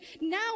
Now